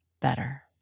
better